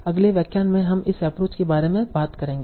अगले व्याख्यान में हम उस एप्रोच के बारे में बात करेंगे